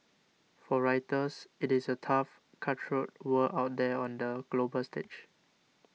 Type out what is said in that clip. for writers it is a tough cutthroat world out there on the global stage